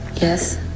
Yes